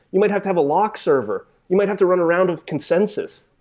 you might have to have a lock server. you might have to run around of consensus.